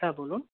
হ্যাঁ বলুন